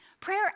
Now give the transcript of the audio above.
Prayer